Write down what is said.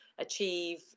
achieve